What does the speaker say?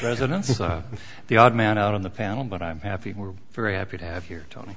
residents are the odd man out on the panel but i'm happy we're very happy to have here tony